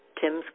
Tim's